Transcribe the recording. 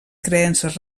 creences